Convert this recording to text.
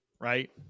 right